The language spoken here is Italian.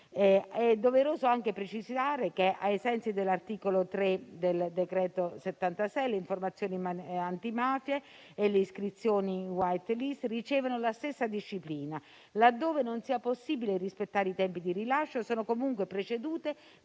È doveroso anche precisare che, ai sensi dell'articolo 3 del decreto-legge n. 76 del 2020, le informazioni antimafia e le iscrizioni in *white list* ricevono la stessa disciplina: laddove non sia possibile rispettare i tempi di rilascio, sono comunque precedute